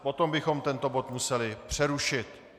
Potom bychom tento bod museli přerušit.